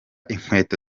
inkweto